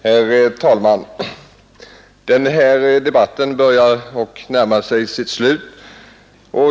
Herr talman! Denna debatt börjar närma sig sitt slut.